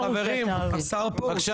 חברים, השר פרוש.